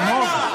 אלמוג.